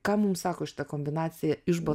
ką mums sako šita kombinacija iš bo